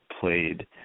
played